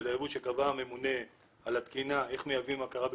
הייבוא שקבע הממונה על התקינה איך מייבאים והכרה בתעודות,